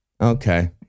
Okay